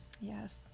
Yes